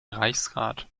reichsrat